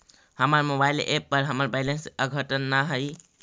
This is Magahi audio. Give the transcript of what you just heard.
हमर मोबाइल एप पर हमर बैलेंस अद्यतन ना हई